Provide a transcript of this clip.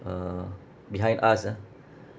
uh behind us ah